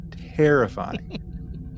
Terrifying